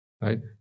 right